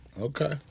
Okay